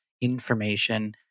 information